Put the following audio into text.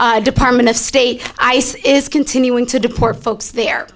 s department of state ice is continuing to deport folks there